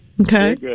Okay